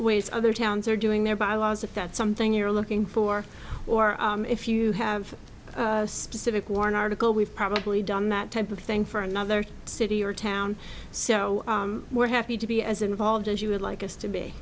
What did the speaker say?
ways other towns are doing their bylaws if that's something you're looking for or if you have specific worn article we've probably done that type of thing for another city or town so we're happy to be as involved as you would like us to be